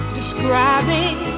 describing